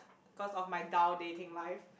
cause of my dull dating life